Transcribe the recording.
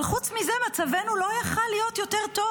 אבל חוץ מזה מצבנו לא יכול היה להיות טוב יותר.